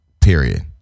Period